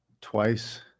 twice